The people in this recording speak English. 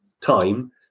time